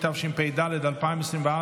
התשפ"ד 2024,